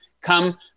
come